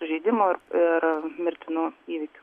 sužeidimų ir mirtinų įvykių